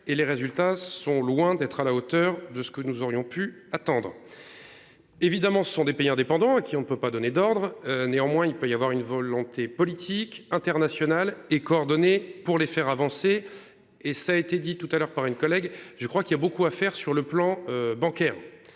et les résultats sont loin d'être à la hauteur de ce que nous aurions pu attendre. Évidemment ce sont des pays indépendants qui on ne peut pas donner d'ordres. Néanmoins, il peut y avoir une volonté politique internationale et coordonnée pour les faire avancer et ça a été dit tout à l'heure par une collègue. Je crois qu'il y a beaucoup à faire sur le plan bancaire.